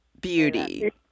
beauty